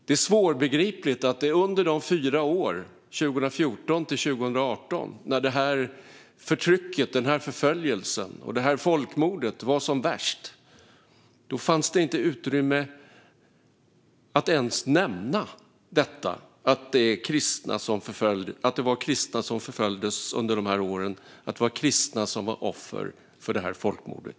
Det är svårbegripligt att det under de fyra år, 2014-2018, då det här förtrycket, den här förföljelsen och det här folkmordet var som värst inte fanns utrymme att ens nämna att det var kristna som förföljdes och att det var kristna som var offer för folkmordet.